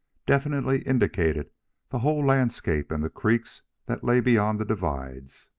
definitely indicated the whole landscape and the creeks that lay beyond the divides.